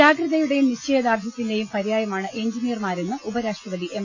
ജാഗ്രതയുടെയും നിശ്ചയ ദാർഢ്യത്തിന്റെയും പര്യായമാണ് എഞ്ചി നിയർമാരെന്ന് ഉപരാഷ്ട്രപതി എം